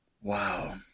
Wow